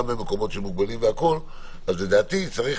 צריך